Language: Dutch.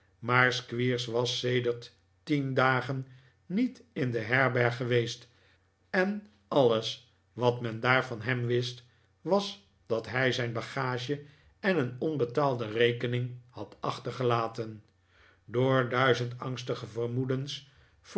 maar squeers was sedert tien dagen niet in de herberg geweest en alles wat men daar van hem wist was dat hij zijn bagage en een onbetaalde rekening had achtergelaten door duizend angstige vermoedens